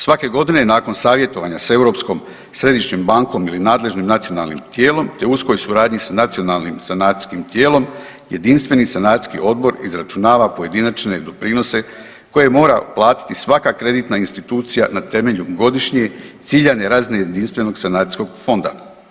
Svake godine nakon savjetovanja s Europskom središnjom bankom ili nadležnim nacionalnim tijelom, te uskoj suradnji s nacionalnim sanacijskim tijelom Jedinstveni sanacijski odbor izračunava pojedinačne doprinose koje mora platiti svaka kreditna institucija na temelju godišnje ciljane razine Jedinstvenog sanacijskog fonda.